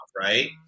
right